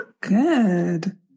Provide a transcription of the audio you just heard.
Good